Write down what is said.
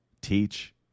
teach